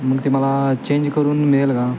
मग ते मला चेंज करून मिळेल का